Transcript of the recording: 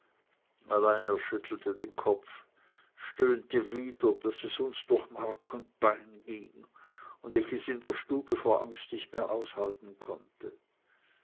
allein er schüttelte den kopf stöhnte wieder daß es uns durch mark und bein ging und ich es in der stube vor angst nicht mehr aushalten konnte